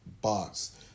box